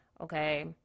Okay